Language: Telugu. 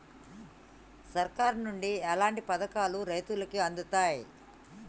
సర్కారు నుండి ఎట్లాంటి పథకాలు రైతులకి అందుతయ్?